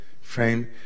frame